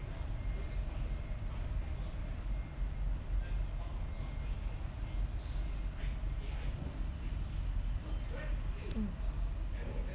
mm